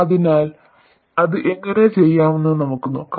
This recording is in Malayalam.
അതിനാൽ അത് എങ്ങനെ ചെയ്യാമെന്ന് നമുക്ക് നോക്കാം